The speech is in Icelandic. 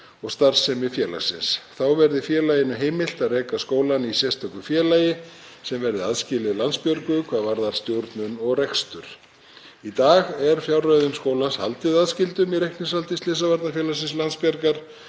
og starfsemi félagsins. Þá verði félaginu heimilt að reka skólann í sérstöku félagi sem verði aðskilið Landsbjörgu hvað varðar stjórnun og rekstur. Í dag er fjárreiðum skólans haldið aðskildum í reikningshaldi Slysavarnafélagsins Landsbjargar